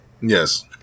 Yes